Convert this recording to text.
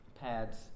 pads